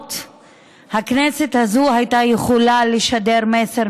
לפחות הכנסת הזאת הייתה יכולה לשדר מסר